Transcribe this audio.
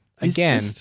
again